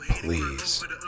Please